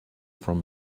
from